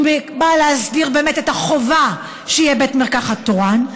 1. היא באה להסדיר באמת את החובה שיהיה בית מרקחת תורן,